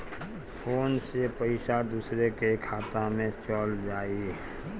Phone से पईसा दूसरे के खाता में चल जाई?